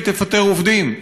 היא תפטר עובדים.